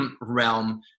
realm